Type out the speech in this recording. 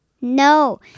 No